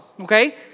okay